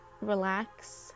relax